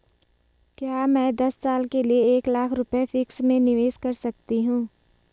क्या मैं दस साल के लिए एक लाख रुपये फिक्स में निवेश कर सकती हूँ?